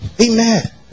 Amen